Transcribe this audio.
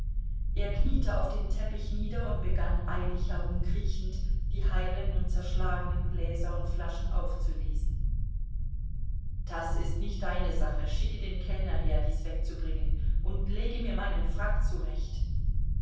er kniete auf den teppich nieder und begann eilig herumkriechend die heilen und zerschlagenen gläser und flaschen aufzulesen das ist nicht deine sache schicke den kellner her dies wegzubringen und lege mir meinen frack zurecht